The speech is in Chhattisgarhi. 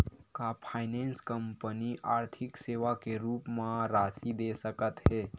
का फाइनेंस कंपनी आर्थिक सेवा के रूप म राशि दे सकत हे?